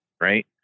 Right